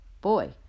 Boy